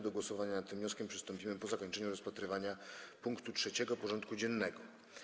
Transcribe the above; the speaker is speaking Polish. Do głosowania nad tym wnioskiem przystąpimy po zakończeniu rozpatrywania punktu trzeciego porządku dziennego.